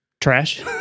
Trash